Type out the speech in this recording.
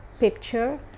picture